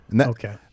Okay